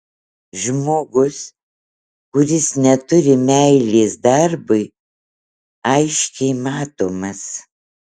žmogus kuris neturi meilės darbui aiškiai matomas